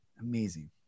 Amazing